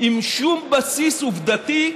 עם שום בסיס עובדתי,